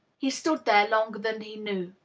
he stood there longer than he knew,